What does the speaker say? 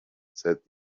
said